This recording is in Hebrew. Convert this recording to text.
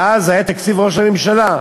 ואז היה תקציב ראש הממשלה,